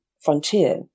frontier